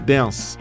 Dance